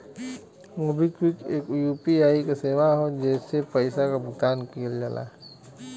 MobiKwik एक UPI क सेवा हौ जेसे पइसा क भुगतान किहल जाला